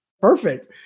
perfect